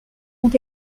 ont